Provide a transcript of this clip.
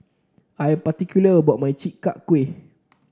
I'm particular about my Chi Kak Kuih